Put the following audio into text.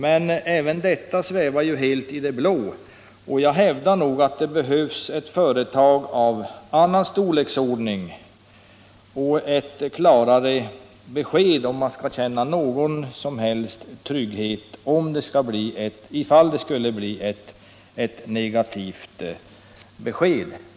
Men även detta svävar helt i det blå. Jag hävdar att det behövs ett företag av annan storleksordning och ett klarare besked, om människorna skall känna någon som helst trygghet, för den händelse det skulle bli ett negativt besked.